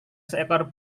seekor